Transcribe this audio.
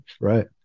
Right